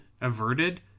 averted